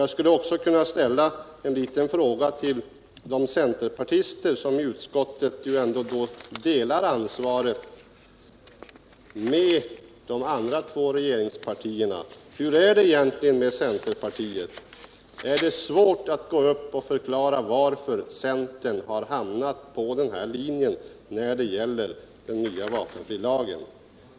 Jag skulle också vilja ställa en liten fråga till de centerpartister som i utskottet delar ansvaret med de andra två regeringspartierna: Hur är det egentligen med centerpartiet? Är det svårt att stå upp här i kammaren och förklara varför centern hamnat på den här linjen när det gäller den nya vapenfrilagen?